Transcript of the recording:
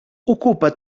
ocupa